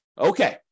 Okay